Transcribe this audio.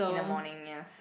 in the morning yes